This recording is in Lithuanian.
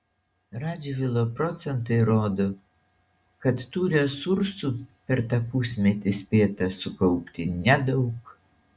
radžvilo procentai rodo kad tų resursų per tą pusmetį spėta sukaupti nedaug